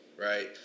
right